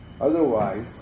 Otherwise